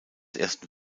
ersten